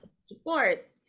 support